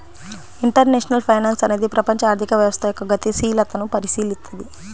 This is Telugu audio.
ఇంటర్నేషనల్ ఫైనాన్స్ అనేది ప్రపంచ ఆర్థిక వ్యవస్థ యొక్క గతిశీలతను పరిశీలిత్తది